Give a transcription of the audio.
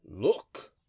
look